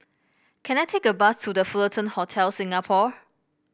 can I take a bus to The Fullerton Hotel Singapore